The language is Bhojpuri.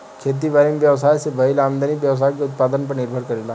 खेती बारी में व्यवसाय से भईल आमदनी व्यवसाय के उत्पादन पर निर्भर करेला